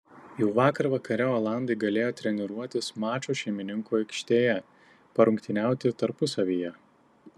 jau vakar vakare olandai galėjo treniruotis mačo šeimininkų aikštėje parungtyniauti tarpusavyje